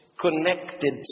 connected